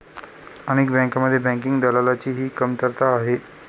अनेक बँकांमध्ये बँकिंग दलालाची ही कमतरता आहे